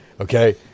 Okay